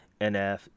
NF